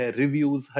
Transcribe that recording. reviews